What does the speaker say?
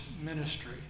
ministry